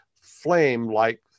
flame-like